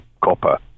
copper